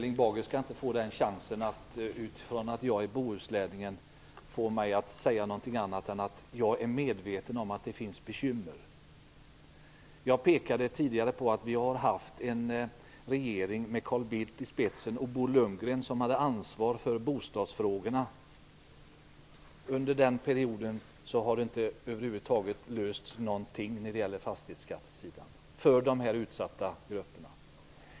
Fru talman! Erling Bager skall inte få mig att säga någonting annat än att jag är medveten om att det finns bekymmer i Bohuslän. Jag pekade tidigare på att vi har haft en regering med Carl Bildt i spetsen och Bo Lundgren som ansvarig för bostadsfrågorna. Under den perioden löstes det inte några problem över huvud taget på fastighetsskattesidan för de här utsatta grupperna.